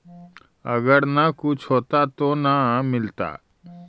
अगर न कुछ होता तो न मिलता?